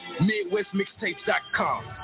MidwestMixtapes.com